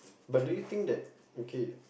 but do you think that okay